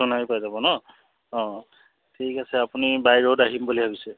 সোণাৰী পৰা যাব নহ্ অঁ ঠিক আছে আপুনি বাই ৰ'ড আহিম বুলি ভাবিছে